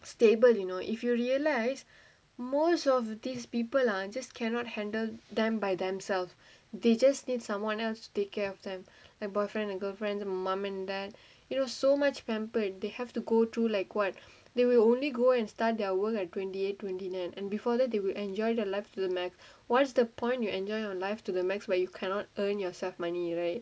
stable you know if you realise most of these people are just cannot handle them by themselves they just need someone else take care of them like boyfriend girlfriend mum and dad it was so much pampered they have to go through like what they will only go and start their work at twenty eight twenty nine and before that they will enjoy the left to the maximum what's the point you enjoy your life to the maximum where you cannot earn yourself money right